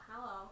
hello